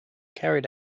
carried